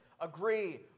agree